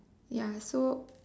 ya so